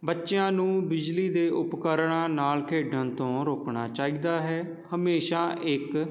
ਬੱਚਿਆਂ ਨੂੰ ਬਿਜਲੀ ਦੇ ਉਪਕਰਨਾਂ ਨਾਲ ਖੇਡਣ ਤੋਂ ਰੋਕਣਾ ਚਾਹੀਦਾ ਹੈ ਹਮੇਸ਼ਾ ਇੱਕ